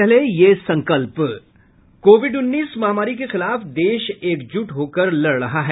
पहले ये संकल्प कोविड उन्नीस महामारी के खिलाफ देश एकजुट होकर लड़ रहा है